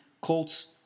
Colts